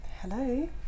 hello